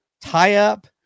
tie-up